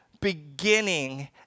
beginning